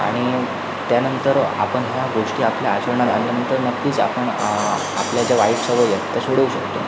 आणि त्यानंतर आपण ह्या गोष्टी आपल्या आचरणात आणल्यानंतर नक्कीच आपण आपल्या ज्या वाईट सवयी आहेत त्या सोडवू शकतो